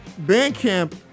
Bandcamp